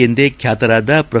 ಎಂದೇ ಬ್ಲಾತರಾದ ಪ್ರೊ